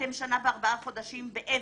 אתם שנה וארבעה חודשים באבל.